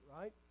right